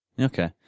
Okay